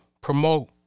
promote